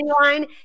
line